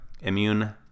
Immune